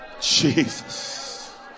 Jesus